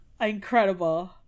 incredible